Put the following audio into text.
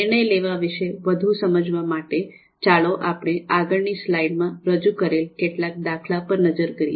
નિર્ણય લેવા વિશે વધુ સમજવા માટે ચાલો આપણે આગળની સ્લાઇડમાં રજૂ કરેલા કેટલાક દાખલા પર નજર કરીએ